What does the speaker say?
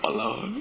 alone